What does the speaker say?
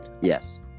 Yes